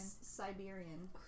Siberian